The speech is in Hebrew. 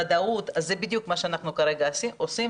ודאות, וזה בדיוק מה שאנחנו עושים כרגע.